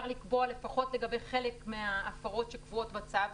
לקבוע לפחות לגבי חלק מההפרות שקבועות בצו,